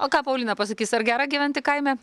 o ką paulina pasakys ar gera gyventi kaime